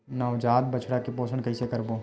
नवजात बछड़ा के पोषण कइसे करबो?